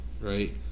right